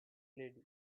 lady